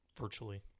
virtually